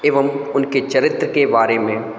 एवं उनके चरित्र के बारे में